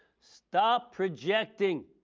stop projecting.